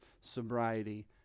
sobriety